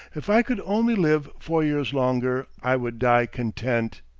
if i could only live four years longer i would die content.